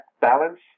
balance